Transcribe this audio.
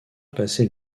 passé